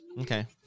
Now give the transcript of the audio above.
Okay